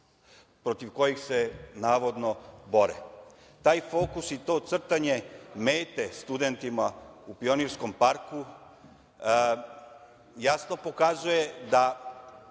protiv kojih se navodno bore. Taj fokus i to crtanje mete studentima u Pionirskom parku jasno pokazuje da